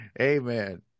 Amen